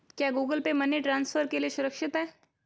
क्या Google Pay money transfer के लिए सुरक्षित है?